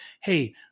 Hey